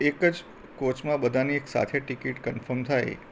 એક જ કોચમાં બધાની એકસાથે ટિકિટ કનફોર્મ થાય